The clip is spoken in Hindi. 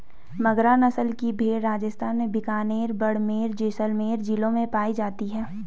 मगरा नस्ल की भेंड़ राजस्थान के बीकानेर, बाड़मेर, जैसलमेर जिलों में पाई जाती हैं